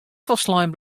folslein